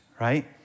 right